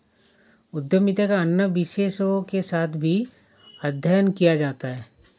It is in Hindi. उद्यमिता का अन्य विषयों के साथ भी अध्ययन किया जाता है